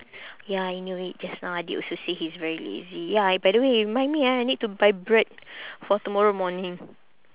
ya I knew it just now adik also say he's very lazy ya I by the way remind me ah I need to buy bread for tomorrow morning